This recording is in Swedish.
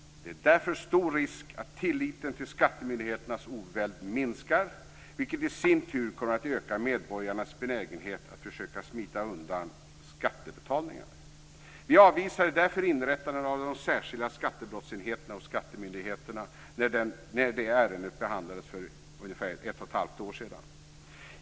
Det är därför stor risk att tilliten till skattemyndigheternas oväld minskar, vilket i sin tur kommer att öka medborgarnas benägenhet att försöka smita undan skattebetalningarna. Vi avvisade därför förslaget om inrättandet av de särskilda skattebrottsenheterna hos skattemyndigheterna när ärendet behandlades för ungefär ett och ett halvt år sedan.